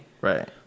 right